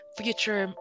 future